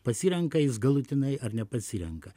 pasirenka jis galutinai ar nepasirenka